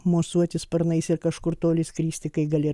mosuoti sparnais ir kažkur toli skristi kai gali